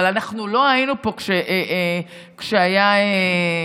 אבל אנחנו לא היינו פה כשהיו חיסונים.